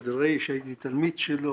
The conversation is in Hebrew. אדרעי שהייתי תלמיד שלו,